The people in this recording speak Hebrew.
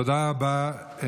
תודה רבה.